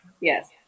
yes